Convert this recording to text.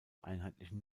einheitlichen